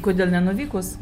kodėl nenuvykus